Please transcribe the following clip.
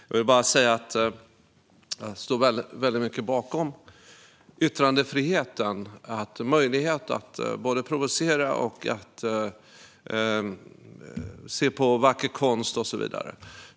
Jag vill säga att jag står väldigt mycket bakom yttrandefriheten och möjligheten att både provocera och se på vacker konst och så vidare.